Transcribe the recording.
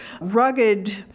rugged